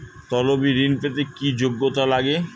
তলবি ঋন পেতে কি যোগ্যতা লাগে?